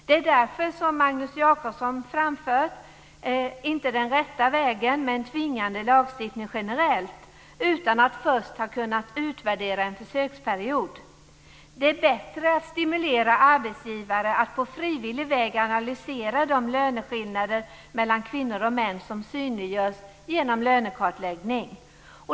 Det är därför som Magnus Jacobsson har framfört att det inte är den rätta vägen med en tvingande lagstiftning generellt, om man inte först har kunnat utvärdera en försöksperiod. Det är bättre att stimulera arbetsgivare att på frivillig väg analysera de löneskillnader mellan kvinnor och män som synliggörs genom lönekartläggning.